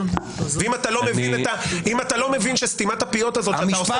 ואם אתה לא מבין שסתימת הפיות הזאת שאתה עושה